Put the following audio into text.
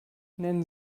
nennen